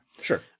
Sure